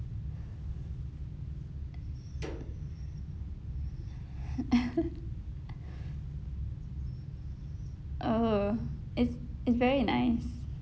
oh it's it's very nice